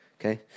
okay